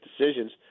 decisions